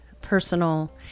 personal